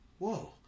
Whoa